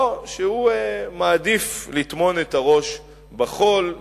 או שהוא מעדיף לטמון את הראש בחול,